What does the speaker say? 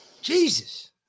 Jesus